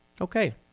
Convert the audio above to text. Okay